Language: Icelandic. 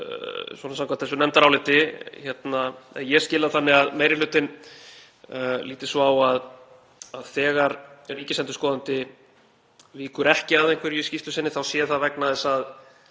svona samkvæmt þessu nefndaráliti, eða ég skil það þannig, líta svo á að þegar ríkisendurskoðandi víkur ekki að einhverju í skýrslu sinni þá sé það vegna þess að